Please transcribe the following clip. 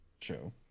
show